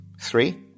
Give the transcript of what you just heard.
Three